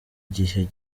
gihe